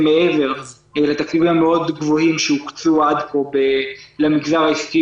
מעבר לתקציבים המאוד גבוהים שהוקצו עד כה למגזר העסקי